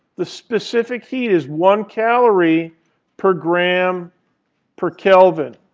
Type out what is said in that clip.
the specific heat is one calorie per gram per kelvin.